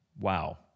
Wow